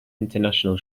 international